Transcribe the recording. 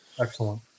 Excellent